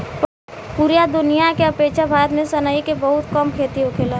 पूरा दुनिया के अपेक्षा भारत में सनई के बहुत कम खेती होखेला